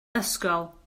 ysgol